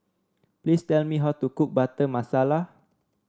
please tell me how to cook Butter Masala